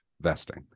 vesting